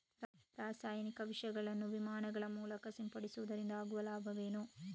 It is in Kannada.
ರಾಸಾಯನಿಕ ವಿಷಗಳನ್ನು ವಿಮಾನಗಳ ಮೂಲಕ ಸಿಂಪಡಿಸುವುದರಿಂದ ಆಗುವ ಲಾಭವೇನು?